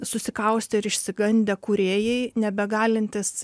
susikaustę ir išsigandę kūrėjai nebegalintys